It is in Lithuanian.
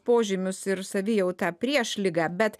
požymius ir savijautą prieš ligą bet